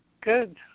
Good